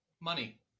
Money